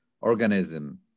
organism